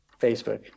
facebook